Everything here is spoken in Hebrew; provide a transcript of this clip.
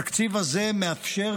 התקציב הזה מאפשר,